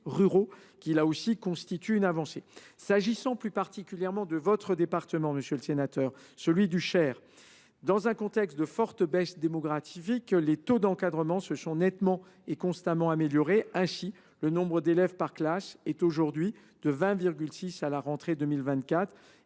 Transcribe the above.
ruraux, qui constituent une avancée. S’agissant plus particulièrement du département du Cher, dans un contexte de forte baisse démographique, les taux d’encadrement se sont nettement et constamment améliorés. Ainsi, le nombre d’élèves par classe y était de 20,6 à la rentrée 2024,